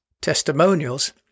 testimonials